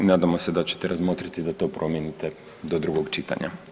Nadamo se da ćete razmotriti da to promijenite do drugog čitanja.